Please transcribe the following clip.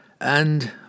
And